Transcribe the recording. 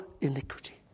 iniquity